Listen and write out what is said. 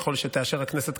ככל שתאשר הכנסת,